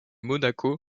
monaco